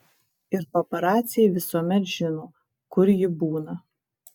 ir paparaciai visuomet žino kur ji būna